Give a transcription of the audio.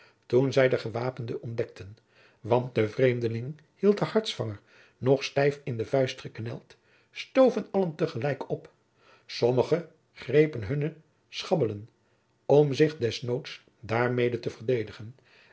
toen zij den gewapenden ontdekten want de vreemdeling hield den hartsvanger nog stijf in de vuist gekneld stoven allen gelijkelijk op sommige grepen hunne schabellen om zich des noods daarmede te verdedigen